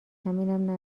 همینم